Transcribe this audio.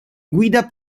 guida